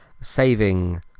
saving